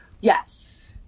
Yes